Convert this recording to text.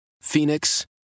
Phoenix